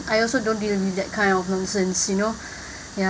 I also don't deal with that kind of nonsense you know ya